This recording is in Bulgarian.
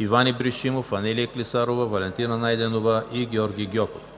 Иван Ибришимов, Анелия Клисарова, Валентина Найденова и Георги Гьоков;